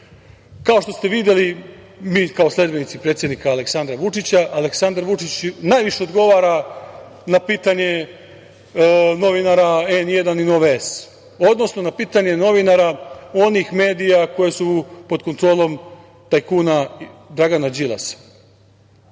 što ste videli, mi kao sledbenici predsednika Aleksandra Vučića, Aleksandar Vučić najviše odgovara na pitanje novinara N1 i Nove S, odnosno na pitanje novinara onih medija koji su pod kontrolom tajkuna Dragana